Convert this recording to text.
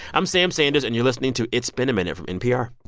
i'm sam sanders, and you're listening to it's been a minute from npr